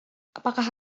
apakah